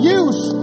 use